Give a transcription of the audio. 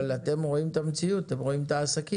אבל אתם רואים את המציאות, אתם רואים את העסקים.